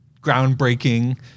groundbreaking